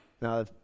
Now